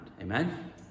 Amen